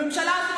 ממשלת שרון.